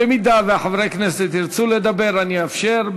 אם חברי הכנסת ירצו לדבר, אני אאפשר.